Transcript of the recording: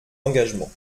engagements